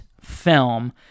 film